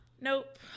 Nope